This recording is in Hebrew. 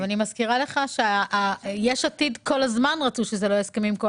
אני מזכירה לך שיש עתיד כל הזמן רצו שזה לא יהיה בהסכמים קואליציוניים.